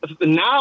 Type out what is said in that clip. now